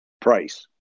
Price